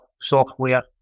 software